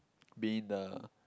being the